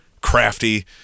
crafty